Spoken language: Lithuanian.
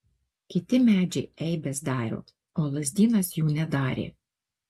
kiti medžiai eibes daro o lazdynas jų nedarė